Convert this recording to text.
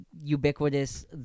ubiquitous